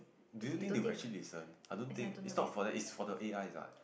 do you think they will actually listen I don't think its not for them its for the A_I